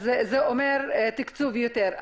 אז זה אומר תקצוב יותר.